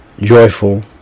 joyful